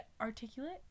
articulate